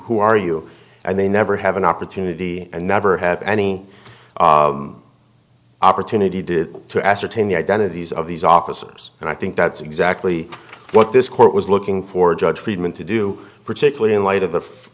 who are you and they never have an opportunity and never had any opportunity did to ascertain the identities of these officers and i think that's exactly what this court was looking for judge friedman to do particularly in light